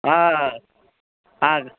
ఆ